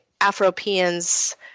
Afropeans